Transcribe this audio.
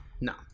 No